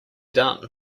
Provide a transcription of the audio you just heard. done